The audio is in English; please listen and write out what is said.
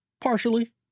Partially